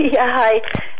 hi